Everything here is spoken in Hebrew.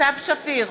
סתיו שפיר,